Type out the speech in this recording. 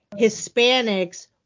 Hispanics